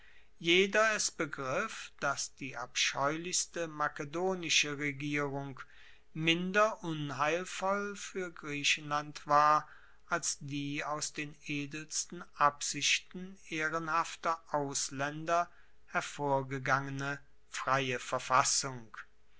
jeder es begriff dass die abscheulichste makedonische regierung minder unheilvoll fuer griechenland war als die aus den edelsten absichten ehrenhafter auslaender hervorgegangene freie verfassung